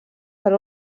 per